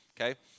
Okay